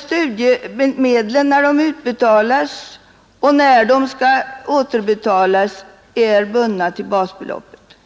Studiemedlen är både när de utbetalas och när de skall återbetalas bundna till basbeloppet.